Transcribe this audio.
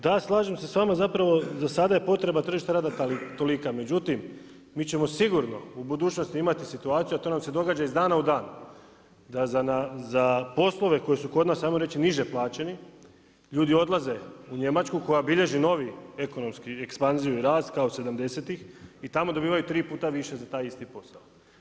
Da, slažem se s vama, zapravo za sada je potreba tržišta rada tolika, međutim mi ćemo sigurno u budućnosti imati situaciju, a to nam se događa iz dana u dan da za poslove koji su kod nas niže plaćeni, ljudi odlaze u Njemačku koja bilježi novi ekonomski ekspanziju i rast kao sedamdesetih i tamo dobivaju tri puta više za taj isti posao.